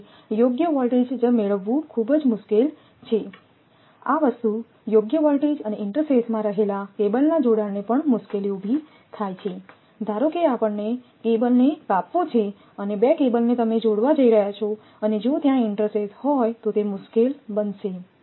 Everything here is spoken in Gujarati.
તેથી યોગ્ય વોલ્ટજ મેળવવું ખૂબ જ મુશ્કેલ છે આ વસ્તુ યોગ્ય વોલ્ટેજ અને ઇન્ટરસેથમાં રહેલા કેબલના જોડાણને પણ મુશ્કેલી ઉભી થાય છે ધારો કે આપણે કેબલને કાપવો છે અને 2 કેબલને તમે જોડવા જઈ રહ્યા છો અને જો ત્યાં ઇન્ટરસેથ હોય તો તે મુશ્કેલ બનશે